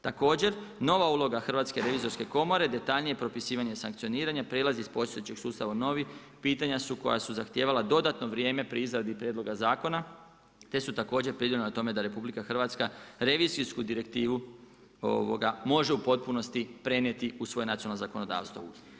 Također nova uloga Hrvatske revizorske komore detaljnije propisivanje sankcioniranja, prijelaz iz postojećeg sustava u novi pitanja su koja su zahtijevala dodatno vrijeme pri izradi prijedloga zakona te su također pridonijela tome da RH revizijsku direktivu može u potpunosti prenijeti u svoje nacionalno zakonodavstvo.